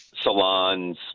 salons